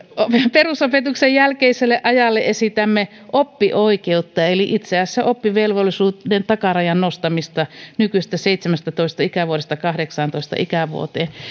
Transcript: perusopetuksen jälkeiselle ajalle esitämme oppioikeutta eli itse asiassa oppivelvollisuuden takarajan nostamista nykyisestä seitsemästätoista ikävuodesta kahdeksantoista ikävuoteen